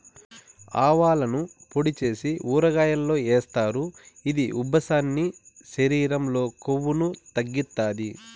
ఆవాలను పొడి చేసి ఊరగాయల్లో ఏస్తారు, ఇది ఉబ్బసాన్ని, శరీరం లో కొవ్వును తగ్గిత్తాది